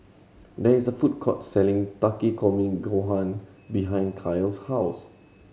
there is a food court selling Takikomi Gohan behind Kael's house